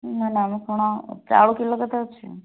ନା ନା ଆମେ କ'ଣ ଚାଉଳ କିଲୋ କେତେ ଅଛି